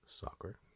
Soccer